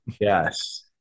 yes